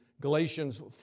Galatians